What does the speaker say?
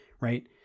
right